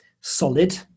solid